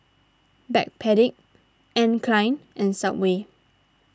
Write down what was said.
Backpedic Anne Klein and Subway